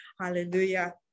Hallelujah